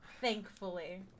Thankfully